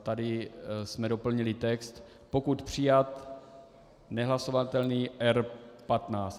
Tady jsme doplnili text: Pokud přijat, nehlasovatelný R15.